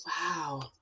Wow